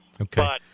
Okay